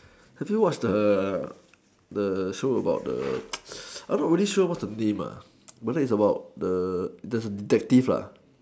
have you watched the the show about the I'm not really sure what's the name lah but then it's about the there's a detective lah